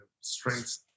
strengths